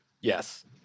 Yes